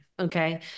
Okay